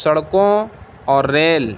سڑکوں اور ریل